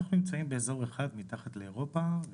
אנחנו נמצאים באזור אחד מתחת לאירופה,